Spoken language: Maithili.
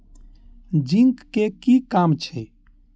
जिंक के कि काम छै?